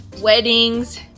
Weddings